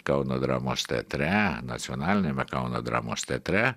kauno dramos teatre nacionaliniame kauno dramos teatre